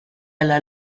alla